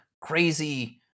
crazy